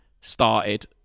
started